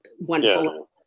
wonderful